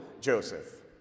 Joseph